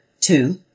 Two